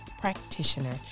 practitioner